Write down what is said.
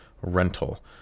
rental